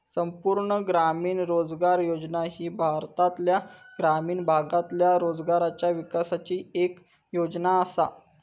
संपूर्ण ग्रामीण रोजगार योजना ही भारतातल्या ग्रामीण भागातल्या रोजगाराच्या विकासाची येक योजना आसा